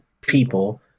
people